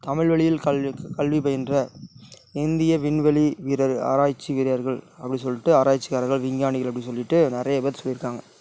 தமிழ் வழியில் கல்வி கல்வி பயின்ற இந்திய விண்வெளி வீரர் ஆராய்ச்சி வீரர்கள் அப்படி சொல்லிட்டு ஆராய்ச்சியாளர்கள் விஞ்ஞானிகள் அப்படினு சொல்லிட்டு நிறைய பேர் சொல்லியிருக்காங்க